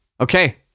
Okay